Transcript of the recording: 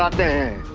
um then.